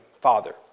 father